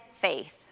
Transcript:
faith